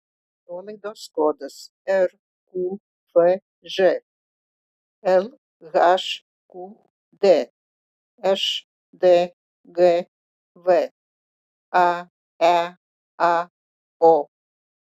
nuolaidos kodas rqfž lhqd šdgv aeao